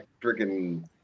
freaking